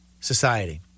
society